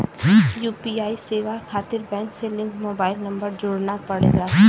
UPI सेवा खातिर bank से लिंक मोबाइल नंबर जोड़ना पड़ला